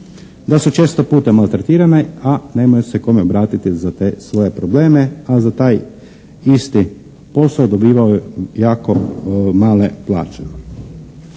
da su često puta maltretirane a nemaju se kome obratiti za te svoje probleme, a za taj isti posao dobivaju jako male plaće.